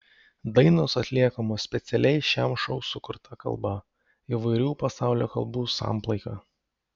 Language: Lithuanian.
dainos atliekamos specialiai šiam šou sukurta kalba įvairių pasaulio kalbų samplaika